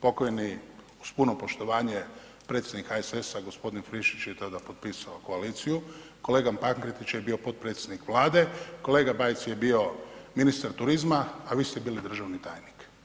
Pokojni, uz puno poštovanje, predsjednik HSS gospodin Friščić je tada potpisao koaliciju, kolega Pankretić je bio potpredsjednik vlade, kolega Bajs je bio ministar turizma, a vi ste bili državni tajnik.